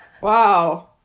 Wow